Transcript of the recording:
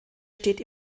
steht